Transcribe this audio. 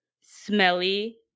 smelly